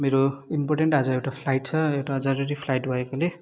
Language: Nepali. मेरो इम्पोर्टेन्ट आज एउटा फ्लाइट छ र एउटा जरुरी फ्लाइट भएकोले